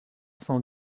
cent